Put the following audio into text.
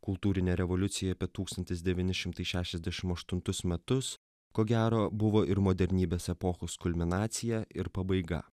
kultūrinė revoliucija apie tūkstantis devyni šimtai šešiasdešimt aštuntus metus ko gero buvo ir modernybės epochos kulminacija ir pabaiga